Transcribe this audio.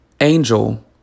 angel